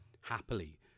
happily